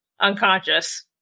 unconscious